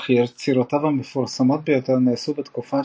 אך יצירותיו המפורסמות ביותר נעשו בתקופה